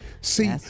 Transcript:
See